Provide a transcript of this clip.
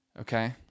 Okay